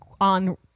on